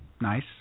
Nice